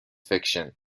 fiction